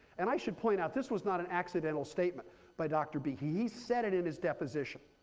and i should point out, this was not an accidental statement by dr. behe. he said it in his deposition.